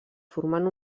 formant